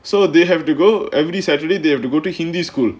so they have to go every saturday they have to go to hindi school